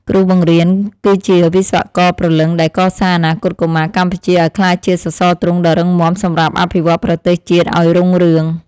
គ្រូបង្រៀន គឺជាវិស្វករព្រលឹងដែលកសាងអនាគតកុមារកម្ពុជាឱ្យក្លាយជាសសរទ្រូងដ៏រឹងមាំសម្រាប់អភិវឌ្ឍប្រទេសជាតិឱ្យរុងរឿង។